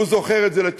והוא זוכר את זה לטובה,